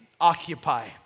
occupy